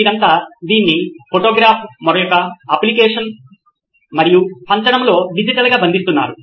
వీరంతా దీన్ని ఫోటోగ్రాఫ్ మరొక అప్లికేషన్స్ మరియు పంచడములో డిజిటల్గా బంధిస్తున్నారు